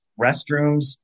restrooms